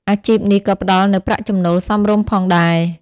អាជីពនេះក៏ផ្ដល់នូវប្រាក់ចំណូលសមរម្យផងដែរ។